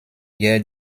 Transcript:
wir